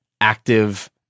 active